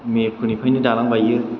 May फैनाय फैनाय दालां बायो